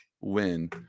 win